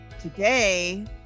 today